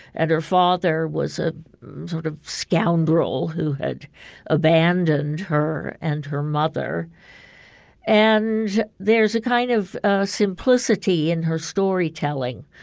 and her father was a sort of scoundrel who had abandoned her and her mother and there's a kind of simplicity in her storytelling,